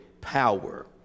power